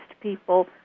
people